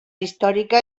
històrica